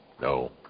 no